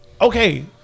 Okay